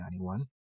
1991